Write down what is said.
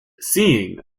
seeing